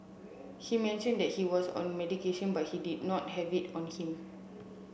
he mentioned that he was on medication but he did not have it on him